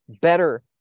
better